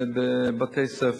ובבתי-ספר.